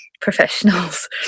professionals